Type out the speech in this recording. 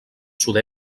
sud